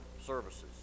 services